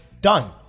Done